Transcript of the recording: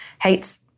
hates